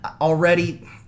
already –